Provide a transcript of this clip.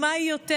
היא בלתי נתפסת,